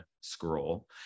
scroll